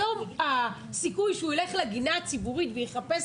היום הסיכוי שהוא ילך לגינה הציבורית ויחפש